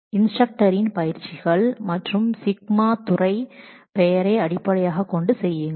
மற்றும் அதில் உள்ள σ என்பதை டிபார்ட்மெண்ட் பெயர் அடிப்படையாகக் கொண்டு செய்யுங்கள்